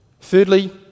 Thirdly